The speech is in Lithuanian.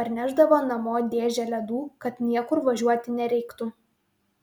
parnešdavo namo dėžę ledų kad niekur važiuoti nereiktų